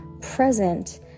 present